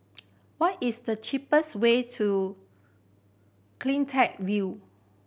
what is the cheapest way to Cleantech View